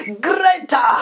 greater